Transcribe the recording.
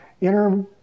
inner